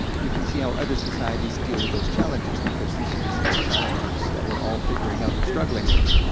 you can see how other societies deal with those challenges, because these are the same challenges that we're all figuring out and struggling with.